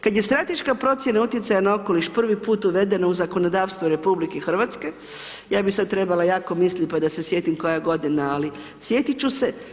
Kad je strateška procjena utjecaja na okoliš prvi put uvedena u zakonodavstvo RH, ja bih sad trebala jako mislit pa da se sjetim koja je godina, ali sjetit ću se.